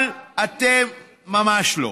ממש לא.